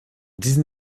diesem